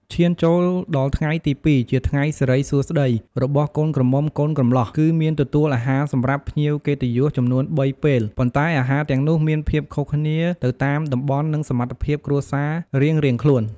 ឈានចូលដល់ថ្ងៃទី២ ជាថ្ងៃសិរិសួស្តីរបស់កូនក្រមុំកូនកំលោះគឺមានទទួលអាហារសម្រាប់ភ្ញៀវកិត្តិយសចំនួន៣ពេល ប៉ុន្តែអាហារទាំងនោះមានភាពខុសគ្នាទៅតាមតំបន់និងសមត្ថភាពគ្រួសាររៀងៗខ្លួន។